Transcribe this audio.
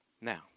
Now